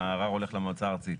הערר הולך למועצה הארצית.